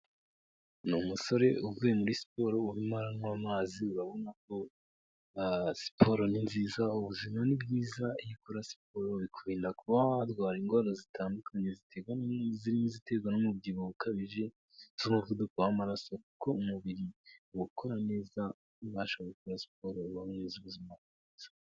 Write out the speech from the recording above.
Ni umusore uvuye muri siporo, urimo arankwa amazi, urabona ko siporo ni nziza, ubuzima ni bwiza, iyo ukora siporo bikurinda kuba warwara indwara zitandukanye ziterwa no kudakora siporo, zirimo iziterwa n'umubyibuho ukabije z'umuvuduko w'amaraso, kuko umubiri ukora neza, ubasha gukora siporo ubaho neza, ugira ubuzima bwiza.